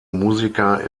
musiker